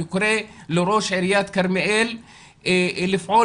אני קורא לראש עיריית כרמיאל לפעול